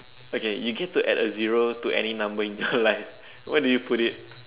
okay you get to add a zero to any number in your life where do you put it